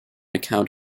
account